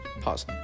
pause